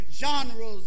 genres